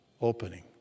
opening